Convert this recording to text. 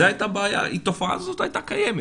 זו הייתה הבעיה, התופעה הזאת הייתה קיימת.